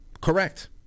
correct